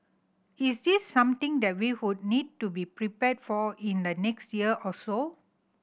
is this something that we would need to be prepared for in the next year or so